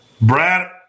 Brad